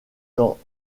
dans